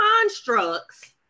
constructs